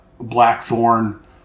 Blackthorn